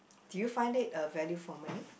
did you find it a value for money